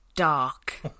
dark